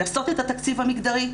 לעשות את התקציב המגדרי,